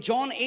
John